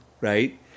right